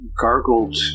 gargled